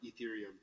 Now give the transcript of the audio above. Ethereum